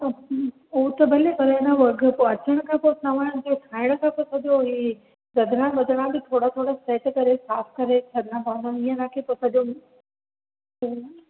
उ हू त भले पर हेन थोरो अचण खां पोइ ठहण ऐं ठाहिण खां पोइ त हीउ रंधिणा वधंणा बि थोरो थोरो सेट करे साफ़ु करे छॾिणा पवंदा ईंअ न की पोइ सॼो जीअं